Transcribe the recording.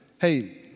hey